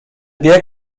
bieg